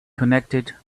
connected